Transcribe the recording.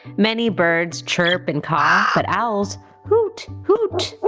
many birds chirp and caw but owls hoot hoot!